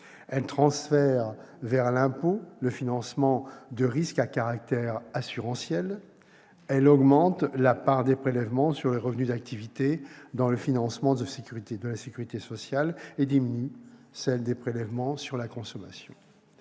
Elle transfère vers l'impôt le financement de risques à caractère assurantiel. Elle augmente la part des prélèvements sur les revenus d'activité dans le financement la sécurité sociale et diminue celle des prélèvements sur la consommation.